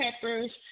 peppers